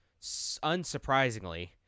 unsurprisingly